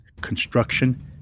construction